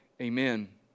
amen